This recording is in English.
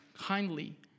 kindly